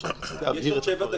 שזה "אבות למען צדק"